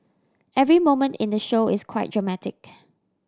every moment in the show is quite dramatic